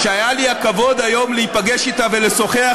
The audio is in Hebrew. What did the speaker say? בבקשה לשבת.